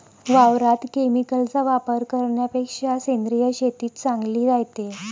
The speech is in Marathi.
वावरात केमिकलचा वापर करन्यापेक्षा सेंद्रिय शेतीच चांगली रायते